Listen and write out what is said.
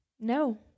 No